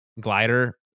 glider